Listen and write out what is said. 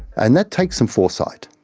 and that takes some foresight,